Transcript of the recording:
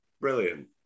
Brilliant